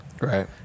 Right